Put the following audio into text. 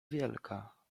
wielka